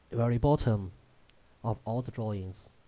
very bottom of all the drawings